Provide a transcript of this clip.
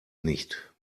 nicht